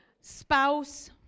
spouse